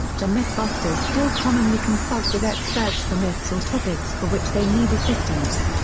the mythbusters still commonly consult with experts for myths or topics for which they need assistance.